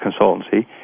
consultancy